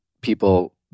people